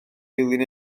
dilyn